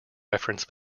reference